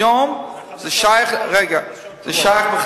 היום זה שייך בכלל